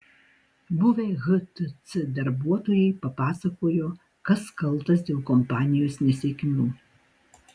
buvę htc darbuotojai papasakojo kas kaltas dėl kompanijos nesėkmių